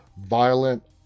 violent